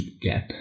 gap